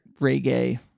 reggae